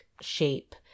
shape